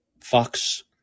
Fox